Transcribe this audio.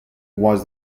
was